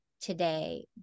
today